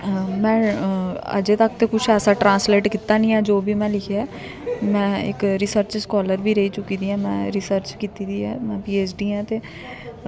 में अजें तक कुछ ऐसा ट्रांसलेट कीता निं ऐ जो बी में लिखेआ में इक रिसर्च स्कॉलर बी रेही चुकी दी आं में रिसर्च कीती दी ऐ में पी एच डी आं ते